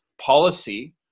policy